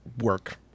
work